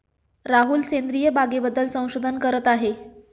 राहुल सेंद्रिय बागेबद्दल संशोधन करत आहे